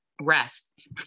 rest